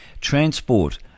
Transport